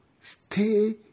stay